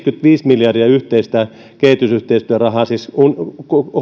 viisikymmentäviisi miljardia yhteistä kehitysyhteistyörahaa siis